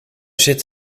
zit